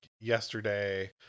yesterday